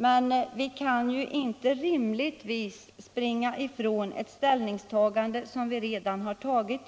Men vi kan inte rimligtvis springa ifrån ett ställningstagande som vi redan gjort